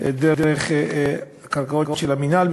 דרך המינהל,